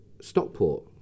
Stockport